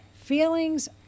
Feelings